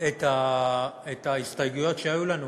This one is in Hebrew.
את ההסתייגויות שהיו לנו,